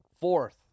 Fourth